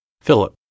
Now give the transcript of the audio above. Philip